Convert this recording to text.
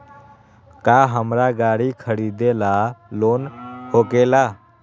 का हमरा गारी खरीदेला लोन होकेला?